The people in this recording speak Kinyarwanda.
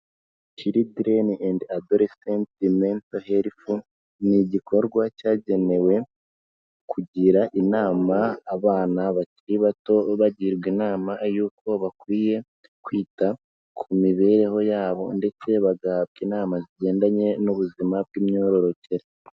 Children and Adolescent Mental Health, ni igikorwa cyagenewe kugira inama abana bakiri bato, bagirwa inama y'uko bakwiye kwita ku mibereho yabo ndetse bagahabwa inama zigendanye n'ubuzima bw'imyororokere.